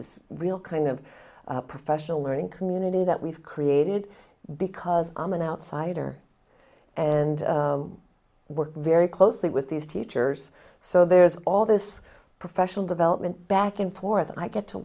as real kind of professional learning community that we've created because i'm an outsider and work very closely with these teachers so there's all this professional development back and forth and i get to